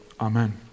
Amen